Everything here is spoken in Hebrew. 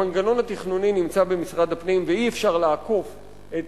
המנגנון התכנוני נמצא במשרד הפנים ואי-אפשר לעקוף את